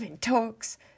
talks